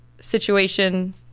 situation